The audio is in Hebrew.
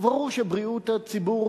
וברור שבריאות הציבור